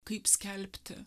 kaip skelbti